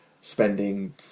spending